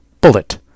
Bullet